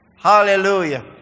Hallelujah